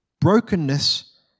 Brokenness